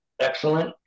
excellent